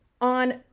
on